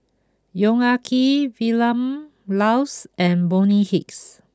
Yong Ah Kee Vilma Laus and Bonny Hicks